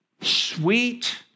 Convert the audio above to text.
sweet